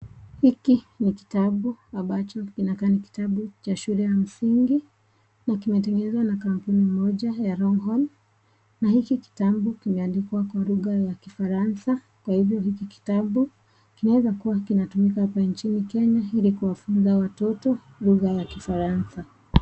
Hiki ni kitabu ambacho kinakaa ni kitabu cha shule ya msingi. Na kimetengenezwa na kampuni moja ya Longhorn. Na hiki kitabu kimeandikwa kwa lugha ya kifaransa. Kwa hivyo hiki kitabu kinaweza kuwa kinatumika hapa nchini Kenya ili kuwafunza watoto lugha ya kifaransa.